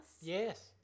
Yes